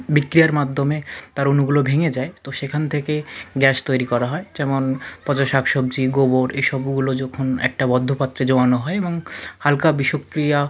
বিক্রিয়ার মাধ্যমে তার অণুগুলো ভেঙে যায় তো সেখান থেকে গ্যাস তৈরি করা হয় যেমন পচা শাক সবজি গোবর এসবগুলো যখন একটা বদ্ধ পাত্রে জমানো হয় এবং হালকা বিষক্রিয়া